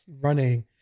running